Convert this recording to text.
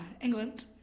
england